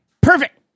perfect